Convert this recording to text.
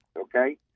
okay